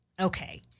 okay